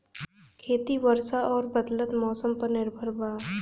खेती वर्षा और बदलत मौसम पर निर्भर बा